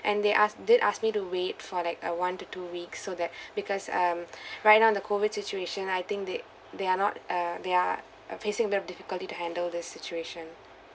and they ask did ask me to wait for like uh one to two weeks so that because um right now the COVID situation I think they they're not uh they're uh facing the difficulty to handle the situation